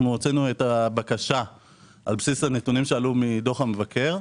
הוצאנו את הבקשה על בסיס הנתונים שעלו מדוח המבקר.